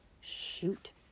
Shoot